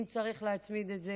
אם צריך להצמיד את זה